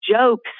jokes